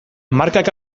markak